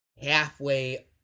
halfway